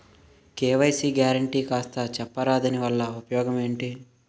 KYC guarantee కాస్త చెప్తారాదాని వల్ల ఉపయోగం ఎంటి?